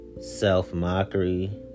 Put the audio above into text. self-mockery